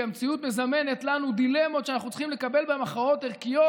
כי המציאות מזמנת לנו דילמות שאנחנו צריכים לקבל בהן הכרעות ערכיות,